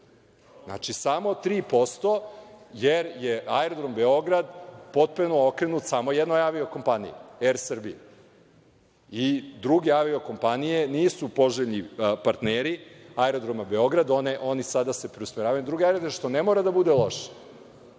3%. Samo 3%, jer je Aerodrom Beograd potpuno okrenut samo jednoj avio-kompaniji, „Er Srbija“. Druge avio kompanije nisu poželjni partneri Aerodroma Beograd, oni se sada preusmeravaju na druge aerodrome, što ne mora da bude loše. Ja